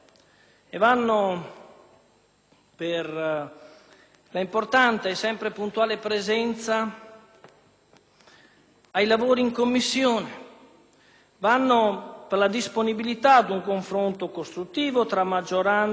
l'importante e sempre puntuale presenza ai lavori in Commissione, per la disponibilità ad un confronto costruttivo tra maggioranza e minoranza